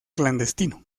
clandestino